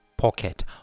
pocket